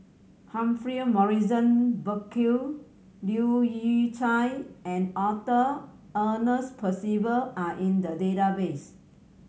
Humphrey Morrison Burkill Leu Yew Chye and Arthur Ernest Percival are in the database